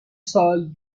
سال